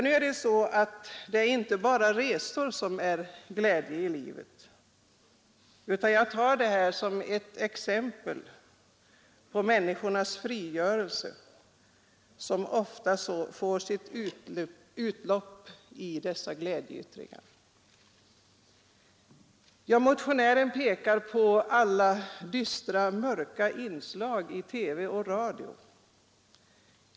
Nu är det inte bara resor som är glädje i livet, utan jag tror att det här är ett exempel på människornas frigörelse, som ofta får sitt utlopp i dessa glädjeyttringar. Motionären pekar på alla dystra och mörka inslag i TV och radio.